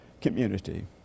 community